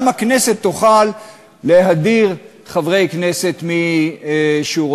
גם הכנסת תוכל להדיר חברי כנסת משורותיה.